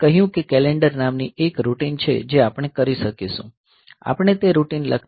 મેં કહ્યું કે કેલેન્ડર નામની એક રૂટીન છે જે આપણે કરી શકીશું આપણે તે રૂટીન લખતા નથી